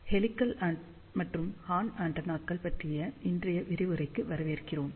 helical மற்றும் horn ஆண்டெனாக்கள் பற்றிய இன்றைய விரிவுரைக்கு வரவேற்கிறோம்